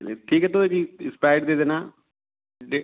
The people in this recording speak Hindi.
चलिए ठीक है तो जी इस्प्राइट दे देना दे